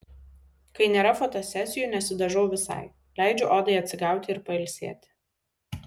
kai nėra fotosesijų nesidažau visai leidžiu odai atsigauti ir pailsėti